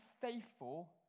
faithful